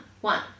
One